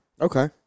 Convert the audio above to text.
Okay